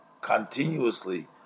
continuously